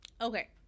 Okay